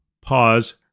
pause